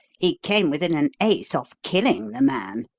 he came within an ace of killing the man.